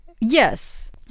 Yes